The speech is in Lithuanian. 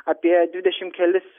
apie dvidešim kelis